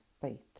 faith